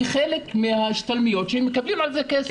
כחלק מההשתלמויות שהם מקבלים על זה כסף.